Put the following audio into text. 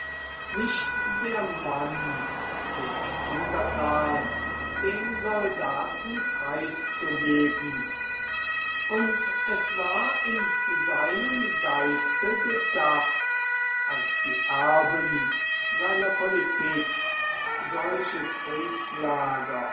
nicht der mann den untertan dem soldaten preiszugeben und es war in seinem geiste gedacht als die erben seiner politik solche kriegslager